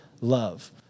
love